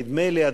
נדמה לי,